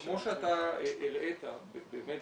כמו שאתה הראית באמת